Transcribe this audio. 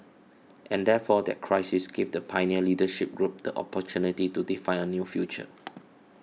and therefore that crisis gave the pioneer leadership group the opportunity to define a new future